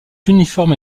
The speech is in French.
uniforme